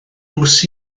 bws